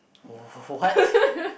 wh~ wh~ wh~ what